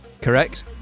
correct